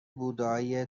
بودایی